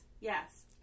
Yes